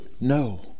no